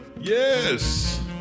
Yes